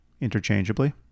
interchangeably